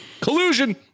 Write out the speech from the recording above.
Collusion